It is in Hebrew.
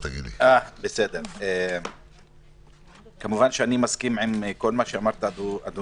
היושב-ראש, כמובן שאני מסכים לכל מילה שאמרת.